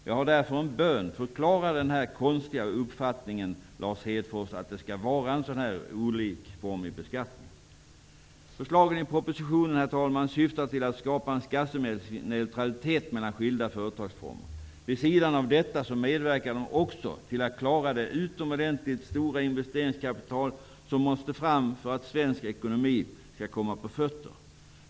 Jag har därför en bön: Förklara den här konstiga uppfattningen, Lars Hedfors, att det skall vara en olikformig beskattning! Förslagen i propositionen, herr talman, syftar till att skapa en skattemässig neutralitet mellan skilda företagsformer. Vid sidan av detta medverkar de också till att klara det utomordentligt stora investeringskapital som måste fram för att svensk ekonomi skall komma på fötter.